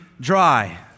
dry